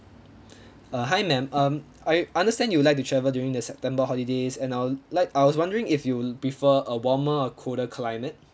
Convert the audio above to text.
uh hi ma'am um I understand you would like to travel during the september holidays and I'll like I was wondering if you'll prefer a warmer or colder climate